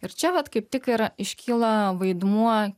ir čia vat kaip tik ir iškyla vaidmuo